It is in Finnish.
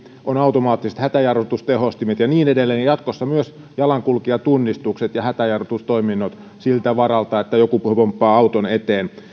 on automaattiset hätäjarrutustehostimet ja niin edelleen ja jatkossa myös jalankulkijatunnistukset ja hätäjarrutustoiminnot siltä varalta että joku pomppaa auton eteen